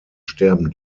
sterben